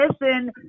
listen